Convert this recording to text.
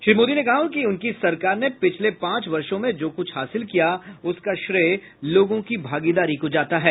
श्री मोदी ने कहा कि उनकी सरकार ने पिछले पांच वर्षो में जो कुछ हासिल किया उसका श्रेय लोगों की भागीदारी को जाता है